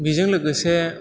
बिजों लोगोसे